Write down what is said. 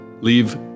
leave